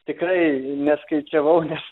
tikrai neskaičiavau nes